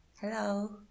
Hello